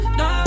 no